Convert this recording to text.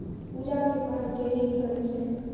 पूजा के पास ढेरी धन छै